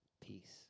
Peace